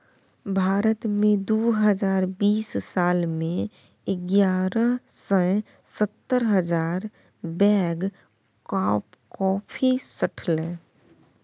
भारत मे दु हजार बीस साल मे एगारह सय सत्तर हजार बैग कॉफी सठलै